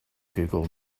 google